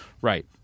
Right